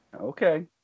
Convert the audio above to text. Okay